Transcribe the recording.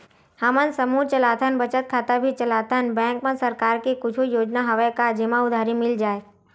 हमन समूह चलाथन बचत खाता भी चलाथन बैंक मा सरकार के कुछ योजना हवय का जेमा उधारी मिल जाय?